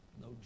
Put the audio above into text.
No